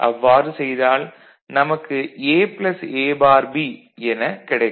அவ்வாறு செய்தால் நமக்கு A A பார் B என கிடைக்கும்